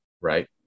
Right